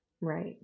Right